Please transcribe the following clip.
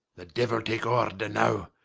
the diuell take order now,